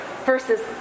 versus